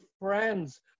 friends